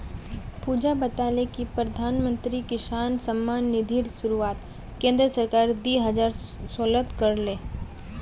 पुजा बताले कि प्रधानमंत्री किसान सम्मान निधिर शुरुआत केंद्र सरकार दी हजार सोलत कर ले